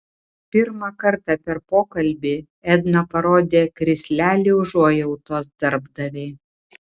pirmą kartą per pokalbį edna parodė krislelį užuojautos darbdavei